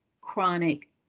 chronic